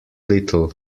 little